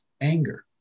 anger